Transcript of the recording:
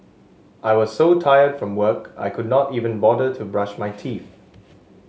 I was so tired from work I could not even bother to brush my teeth